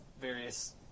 various